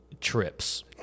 trips